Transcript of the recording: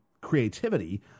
creativity